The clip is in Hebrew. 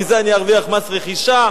מזה אני ארוויח מס רכישה,